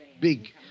big